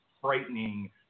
frightening